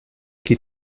chi